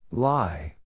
Lie